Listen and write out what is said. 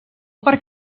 per